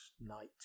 night